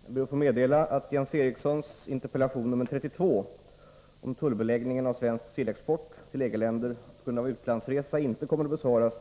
Herr talman! Jag ber att få meddela att Jens Erikssons interpellation 32 om tullbeläggningen av svensk sillexport till EG-länderna på grund av utlandsresa inte kommer att besvaras